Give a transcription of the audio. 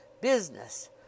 Business